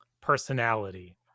personality